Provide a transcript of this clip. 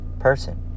person